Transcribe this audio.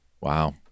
Wow